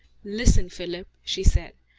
listen, philip, she said.